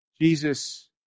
Jesus